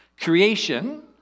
Creation